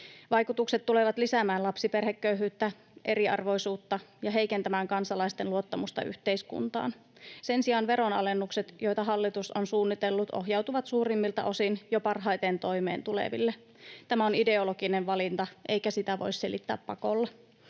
Vaikutukset tulevat lisäämään lapsiperheköyhyyttä ja eriarvoisuutta ja heikentämään kansalaisten luottamusta yhteiskuntaan. Sen sijaan veronalennukset, joita hallitus on suunnitellut, ohjautuvat suurimmilta osin jo parhaiten toimeentuleville. Tämä on ideologinen valinta, eikä sitä voi selittää pakolla.